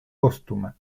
póstuma